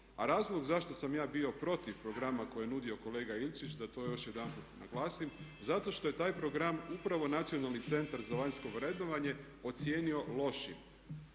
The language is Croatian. a razlog zašto sam ja bio protiv programa koje je nudio kolega Ilčić da to još jedanput naglasim zato što je taj program upravo Nacionalni centar za vanjsko vrednovanje ocijenio lošim.